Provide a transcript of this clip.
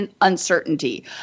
uncertainty